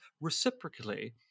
reciprocally